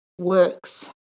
works